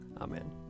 Amen